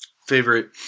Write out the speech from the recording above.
favorite